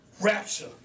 rapture